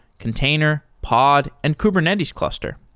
container, pod and kubernetes cluster.